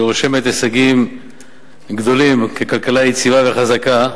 שרושמת הישגים גדולים ככלכלה יציבה וחזקה,